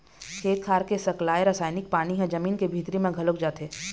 खेत खार के सकलाय रसायनिक पानी ह जमीन के भीतरी म घलोक जाथे